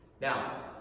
Now